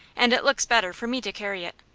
and it looks better for me to carry it.